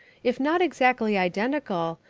if not exactly identical,